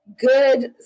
good